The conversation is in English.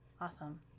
Awesome